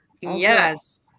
Yes